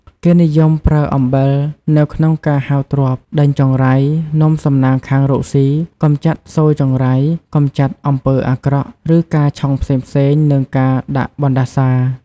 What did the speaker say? គេនិយមប្រើអំបិលនៅក្នុងការហៅទ្រព្យ ដេញចង្រៃ នាំសំណាងខាងរកស៊ី កម្ចាត់ស៊យចង្រៃ កម្ចាត់អំពើអាក្រក់ ឬការឆុងផ្សេងៗ និងការដាក់បណ្តាសារ។